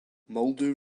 muldoon